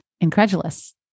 incredulous